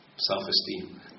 Self-esteem